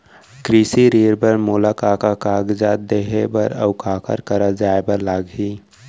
कृषि ऋण बर मोला का का कागजात देहे बर, अऊ काखर करा जाए बर लागही?